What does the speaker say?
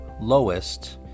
lowest